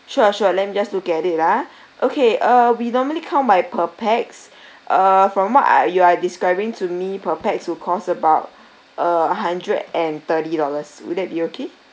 sure sure let me just look at it ah okay uh we normally count by per pax err from what are you are describing to me per pax would cost about a hundred and thirty dollars will that be okay